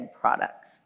products